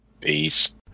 Peace